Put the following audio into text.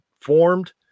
formed